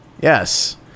Yes